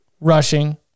rushing